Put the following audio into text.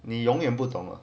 你永远不懂了